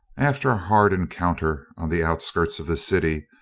after a hard encounter on the outskirts of the city,